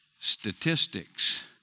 statistics